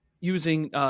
using –